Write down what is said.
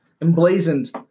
emblazoned